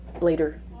later